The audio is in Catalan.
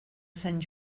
sant